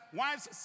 wives